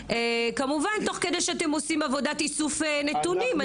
כמובן תוך כדי שאתם עושים עבודת איסוף נתונים.